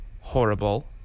horrible